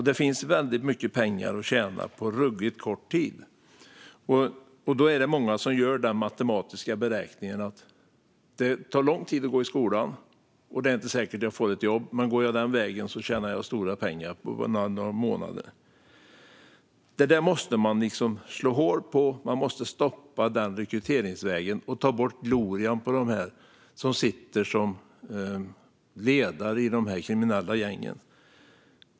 Det finns väldigt mycket pengar att tjäna på ruggigt kort tid, och då är det många som gör den matematiska beräkningen att det tar lång tid att gå i skolan och det är inte säkert att det ger ett jobb, men om man går den andra vägen tjänar man stora pengar på några månader. Det där måste man slå hål på. Man måste stoppa den rekryteringsvägen och ta bort glorian på dem som sitter som ledare i de kriminella gängen.